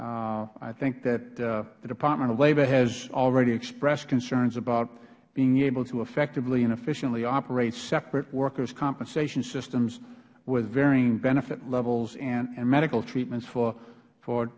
work i think that the department of labor has already expressed concerns about being able to effectively and efficiently operate separate workers compensation systems with varying benefit levels and medical treatments for